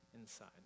inside